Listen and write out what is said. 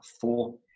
four